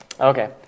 okay